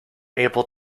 able